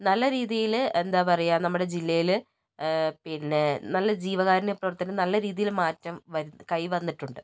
നല്ല രീതിയിൽ എന്താ പറയുക നമ്മുടെ ജില്ലയിൽ പിന്നേ നല്ല ജീവകാരുണ്യ പ്രവർത്തനം നല്ല രീതിയിൽ മാറ്റം വരു കൈവന്നിട്ടുണ്ട്